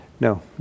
No